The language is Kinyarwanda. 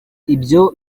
ibyo